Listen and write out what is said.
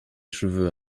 cheveux